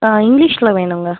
ஆ இங்கிலீஷில் வேணும்ங்க